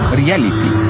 reality